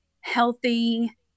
healthy